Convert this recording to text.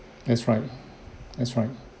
that's right that's right